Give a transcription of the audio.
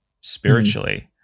spiritually